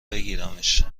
بگیرمش